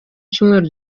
cyumweru